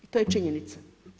I to je činjenica.